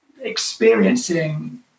experiencing